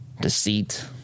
deceit